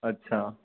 अच्छा